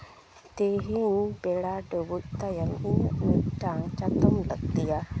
ᱛᱮᱦᱮᱧ ᱵᱮᱲᱟ ᱰᱩᱵᱩᱡ ᱛᱟᱭᱚᱢ ᱤᱧᱟᱹᱜ ᱢᱤᱫᱴᱟᱝ ᱪᱟᱛᱚᱢ ᱞᱟᱹᱠᱛᱤᱭᱟ